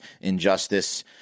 injustice